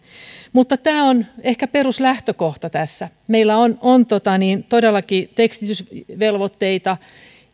tämä on ehkä peruslähtökohta tässä meillä on on todellakin tekstitysvelvoitteita